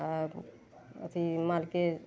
आओर अथी अथी मारकीन